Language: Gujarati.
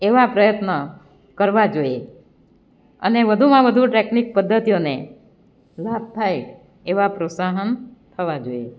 એવા પ્રયત્ન કરવા જોઈએ અને વધુમાં વધુ ટેકનિક પદ્ધતિઓને લાભ થાય એવા પ્રોત્સાહન થવા જોઈએ